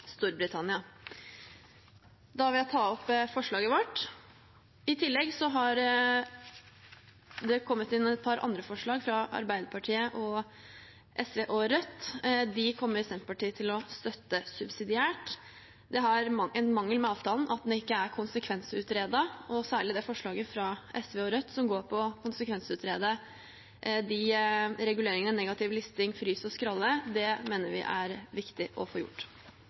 Storbritannia. Da vil jeg ta opp forslaget vårt. I tillegg har det kommet inn et par andre forslag, fra Arbeiderpartiet og fra SV og Rødt. Dem kommer Senterpartiet til å støtte subsidiært. En mangel med avtalen er at den ikke er konsekvensutredet, og særlig det som ligger i forslaget fra SV og Rødt, som går på å konsekvensutrede de reguleringene, negativ listing og frys og skralle, mener vi er viktig å få gjort.